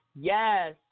Yes